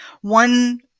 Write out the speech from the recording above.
One